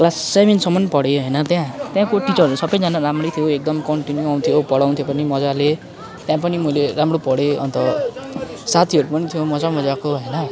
class सेभेनसम्म पढेँ होइन त्यहाँ त्यहाँको टिचरहरू सबैजना राम्रै थियो एकदम कन्टिन्यू आउँथ्यो पढाउँथ्यो पनि मज्जाले त्यहाँ पनि मैले राम्रो पढेँ अन्त साथीहरू पनि थियो मज्जा मज्जाको होइन